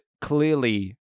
clearly